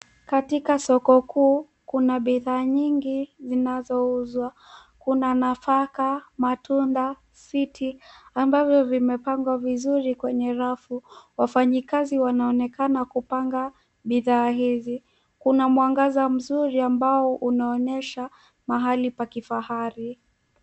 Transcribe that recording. Katika soko kuu, kuna bidhaa nyingi zinazouzwa. Kuna nafaka, matunda, sweet ambavyo vimepangwa vizuri kwenye rafu. Wafanyikazi wanaonekana kupanga bidhaa hizi. Kuna mwangaza mzuri ambao unaonyesha mahali pa kifahari.